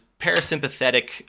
parasympathetic